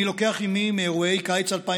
אני לוקח עימי מאירועי קיץ 2005